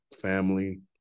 family